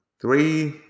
Three